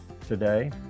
today